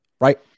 Right